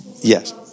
Yes